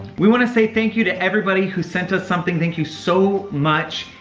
we want to say thank you to everybody who sent us something, thank you so much.